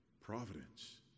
Providence